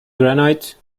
granite